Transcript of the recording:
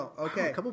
Okay